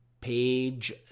page